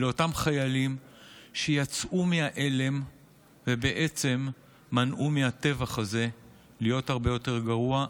ולאותם חיילים שיצאו מההלם ובעצם מנעו מהטבח הזה להיות הרבה יותר גרוע.